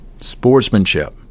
Sportsmanship